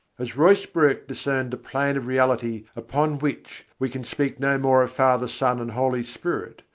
as ruysbroeck discerned a plane of reality upon which we can speak no more of father, son, and holy spirit,